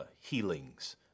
healings